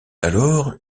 alors